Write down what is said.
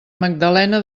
magdalena